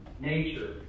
nature